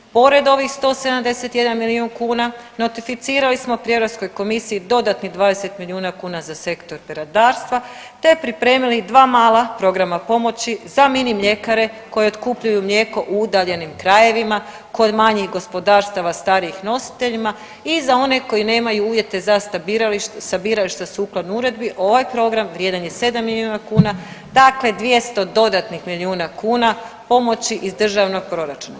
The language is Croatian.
Pored ovih 171 milijun kuna, nostrificirali smo pri EU komisiji dodatnih 20 milijuna kuna za sektor peradarstva te pripremili 2 mala programa pomoći za mini mljekare koje otkupljuju mlijeko u udaljenim krajevima kod manjih gospodarstava starijih nositeljima i za one koji nemaju uvjete za sabirališta sukladno Uredbi, ovaj program vrijedan je 7 milijuna kuna, dakle 200 dodatnih milijuna kuna pomoći iz državnog proračuna.